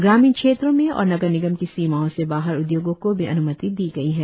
ग्रामीण क्षेत्रों में और नगर निगम की सीमाओं से बाहर उद्योगों को भी अन्मति दी गई है